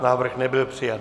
Návrh nebyl přijat.